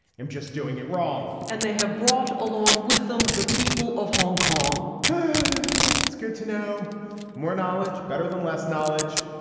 i'm just doing it wrong and they have brought along with them the people of hong kong who cares it's good to know more knowledge better than less knowledge.